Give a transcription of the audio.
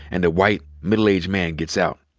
and a white middle-aged man gets out.